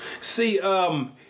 see